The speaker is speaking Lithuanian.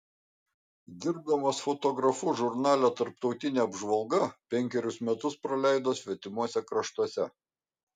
dirbdamas fotografu žurnale tarptautinė apžvalga penkerius metus praleido svetimuose kraštuose